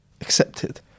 accepted